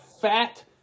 fat